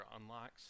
unlocks